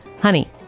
honey